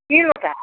কি কথা